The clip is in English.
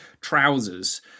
trousers